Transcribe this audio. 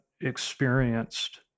experienced